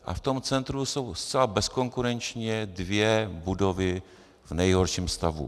A v tom centru jsou zcela bezkonkurenčně dvě budovy v nejhorším stavu.